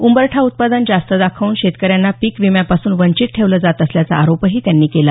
उंबरठा उत्पादन जास्त दाखवून शेतकऱ्यांना पीक विम्यापासून वंचित ठेवलं जात असल्याचा आरोपही त्यांनी केला